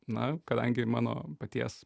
na kadangi mano paties